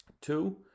Two